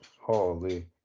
holy